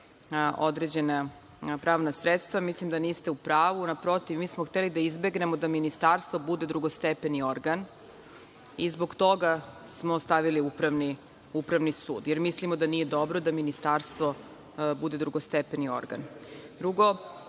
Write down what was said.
određena pravna sredstva, mislim da niste u pravu. Naprotiv, mi smo hteli da izbegnemo da ministarstvo bude drugostepeni organ i zbog toga smo stavili Upravni sud, jer mislimo da nije dobro da ministarstvo bude drugostepeni organ. Drugo,